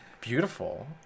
Beautiful